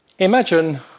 Imagine